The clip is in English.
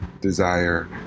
Desire